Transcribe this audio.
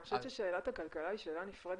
אני חושבת ששאלת הכלכלה היא שאלה נפרדת.